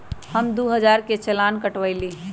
हम दु हजार के चालान कटवयली